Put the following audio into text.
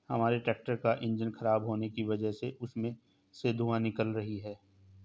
हमारे ट्रैक्टर का इंजन खराब होने की वजह से उसमें से धुआँ निकल रही है